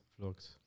vlogs